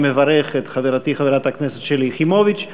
אני מברך את חברתי, חברת הכנסת שלי יחימוביץ,